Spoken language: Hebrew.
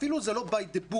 אפילו זה לא לפי הספר,